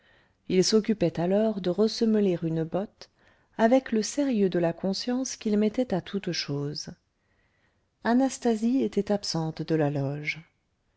il s'occupait alors de ressemeler une botte avec le sérieux de la conscience qu'il mettait à toutes choses anastasie était absente de la loge